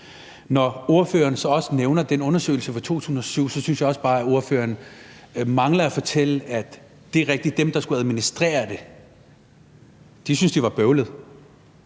Når ordføreren så også nævner den undersøgelse fra 2007, synes jeg også bare, at ordføreren mangler at fortælle, at selv om det er rigtigt, at dem, der skulle administrere det, syntes, det var bøvlet,